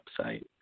website